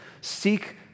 seek